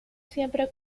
siempre